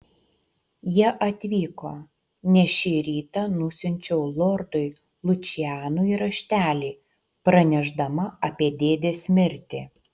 jie atvyko nes šį rytą nusiunčiau lordui lučianui raštelį pranešdama apie dėdės mirtį